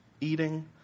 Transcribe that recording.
eating